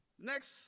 Next